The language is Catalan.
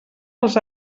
dels